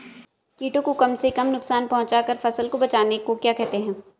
कीटों को कम से कम नुकसान पहुंचा कर फसल को बचाने को क्या कहते हैं?